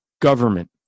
government